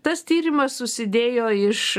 tas tyrimas susidėjo iš